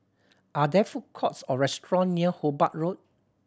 are there food courts or restaurant near Hobart Road